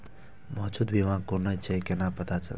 मौजूद बीमा कोन छे केना पता चलते?